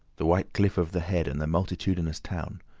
the white cliff of the head, and the multitudinous town,